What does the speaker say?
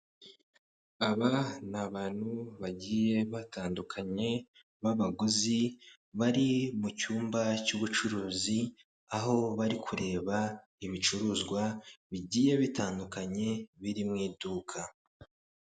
Aba ni abantu bagiye batandukanye b'abaguzi bari mu cyumba cy'ubucuruzi aho bari kureba ibicuruzwa bigiye bitandukanye biri mu iduka.